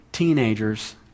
Teenagers